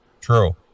True